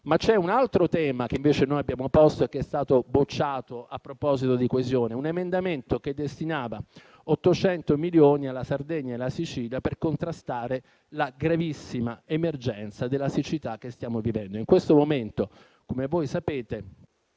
C'è un altro tema che abbiamo posto e che invece è stato bocciato a proposito di coesione: un emendamento che destinava 800 milioni alla Sardegna e alla Sicilia per contrastare la gravissima emergenza della siccità che stiamo vivendo. In questo momento, come sapete,